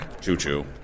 Choo-choo